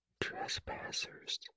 Trespassers